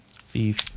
Thief